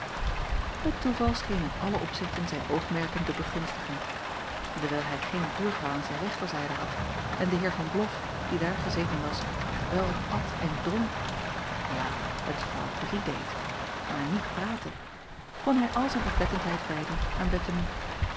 et toeval scheen in alle opzichten zijn oogmerken te begunstigen ewijl hij geen buurvrouw aan zijn rechterzijde had en de eer an loff die daar gezeten was wel at en dronk ja het voor drie deed maar niet praatte kon hij al zijn oplettendheid wijden aan